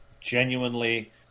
genuinely